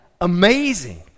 amazing